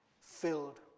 filled